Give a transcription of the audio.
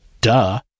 Duh